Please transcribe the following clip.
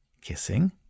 Kissing